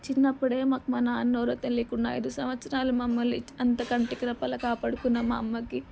చిన్నప్పుడే మాకు మా నాన్న ఎవరో తెలియకుండా ఐదు సంవత్సరాలు మమ్మల్ని అంత కంటికి రెప్పలా కాపాడుకున్న మా అమ్మకి